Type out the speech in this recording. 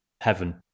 heaven